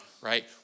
right